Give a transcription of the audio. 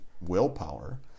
willpower